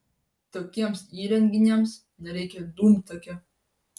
tokiems įrenginiams nereikia dūmtakio